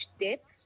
depth